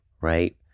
right